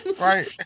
Right